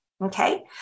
Okay